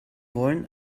wollen